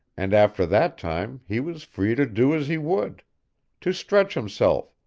and after that time he was free to do as he would to stretch himself,